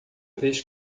vez